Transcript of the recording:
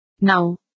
Now